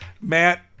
Matt